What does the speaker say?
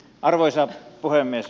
arvoisa puhemies